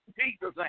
Jesus